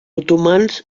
otomans